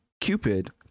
Cupid